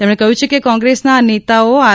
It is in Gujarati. તેમણે કહ્યું છે કે કોંગ્રેસના આ નેતાઓ આરે